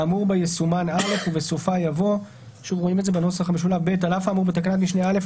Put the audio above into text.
האמור בה יסומן "(א)" ובסופה יבוא: "(ב) על אף האמור בתקנת משנה (א),